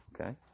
Okay